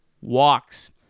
walks